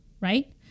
right